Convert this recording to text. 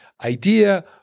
idea